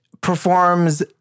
performs